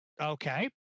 Okay